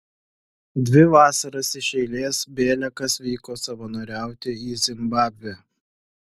dvi vasaras iš eilės bėliakas vyko savanoriauti į zimbabvę